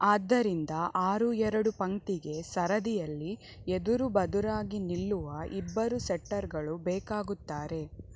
ಆದ್ದರಿಂದ ಆರು ಎರಡು ಪಂಕ್ತಿಗೆ ಸರದಿಯಲ್ಲಿ ಎದುರು ಬದುರಾಗಿ ನಿಲ್ಲುವ ಇಬ್ಬರು ಸೆಟ್ಟರ್ಗಳು ಬೇಕಾಗುತ್ತಾರೆ